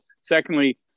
Secondly